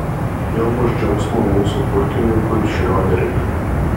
vėl bus džiaugsmo mūsų pulkininkui šrioderiui